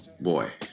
boy